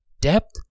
Depth